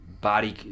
body